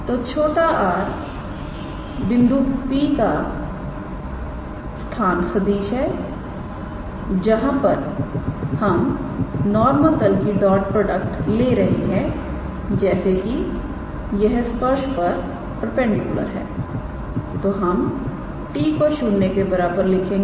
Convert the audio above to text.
तो 𝑟⃗ बिंदु P का स्थान सदिश है जहां पर हम नॉर्मल तल की डॉट प्रोडक्ट ले रहे हैं जैसे कि यह स्पर्श पर परपेंडिकुलर है तो हम 𝑡̂ को 0 के बराबर लिखेंगे